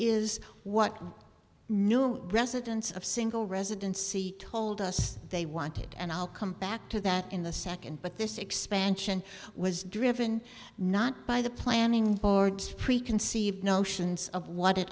is what new residents of single residency told us they wanted and i'll come back to that in the second but this expansion was driven not by the planning boards preconceived notions of what it